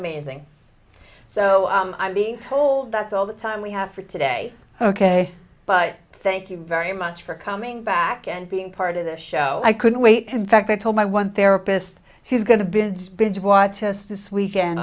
amazing so i'm being told that's all the time we have for today ok but thank you very much for coming back and being part of the show i couldn't wait in fact i told my one therapist she's going to be binge watch us this weekend